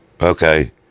Okay